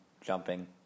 jumping